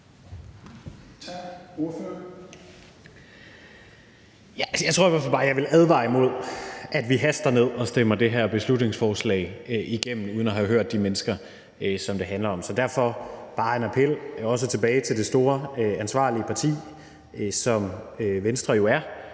(S): Altså, jeg tror i hvert fald bare, at jeg vil advare imod, at vi haster ned og stemmer det her beslutningsforslag igennem uden at have hørt de mennesker, som det handler om. Så derfor er det bare en appel – også til det store ansvarlige parti, som Venstre jo er